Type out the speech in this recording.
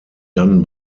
done